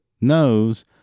knows